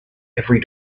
every